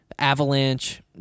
Avalanche